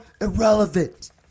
irrelevant